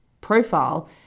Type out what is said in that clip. profile